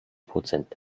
prozent